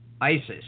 ISIS